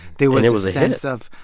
there there was a sense of,